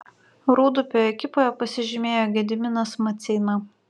rūdupio ekipoje pasižymėjo gediminas maceina